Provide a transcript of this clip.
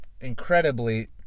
incredibly